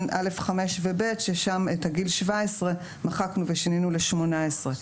(א5) ו-(ב) ששם את הגיל 17 מחקנו ושינינו ל-18.